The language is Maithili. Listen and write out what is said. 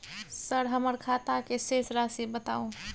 सर हमर खाता के शेस राशि बताउ?